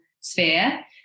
sphere